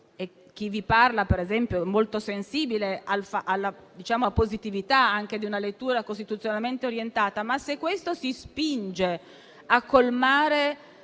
Chi vi parla, per esempio, è molto sensibile alla positività di una lettura costituzionalmente orientata. Ma, se questa si spinge a colmare